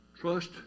Trust